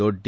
ದೊಡ್ಡಿ